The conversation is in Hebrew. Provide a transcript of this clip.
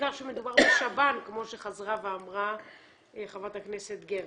בעיקר שמדובר בשב"ן כמו שחזרה ואמרה חברת הכנסת גרמן.